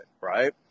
right